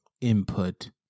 input